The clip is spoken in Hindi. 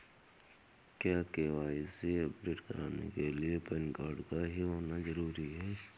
क्या के.वाई.सी अपडेट कराने के लिए पैन कार्ड का ही होना जरूरी है?